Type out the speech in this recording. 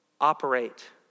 operate